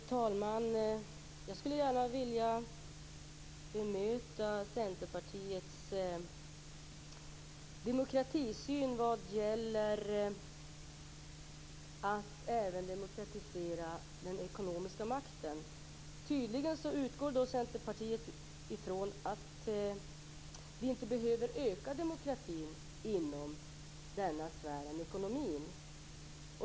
Fru talman! Jag skulle gärna vilja bemöta Centerpartiets demokratisyn när det gäller att även demokratisera den ekonomiska makten. Tydligen utgår då Centerpartiet från att vi inte behöver öka demokratin inom denna sfär, ekonomin.